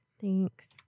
Thanks